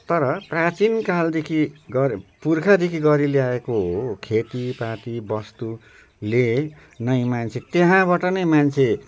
तर प्राचीन कालदेखि गर पुर्खादेखि गरी ल्याएको हो खेतीपाती वस्तुले नै मान्छे त्याहाँबाट नै मान्छे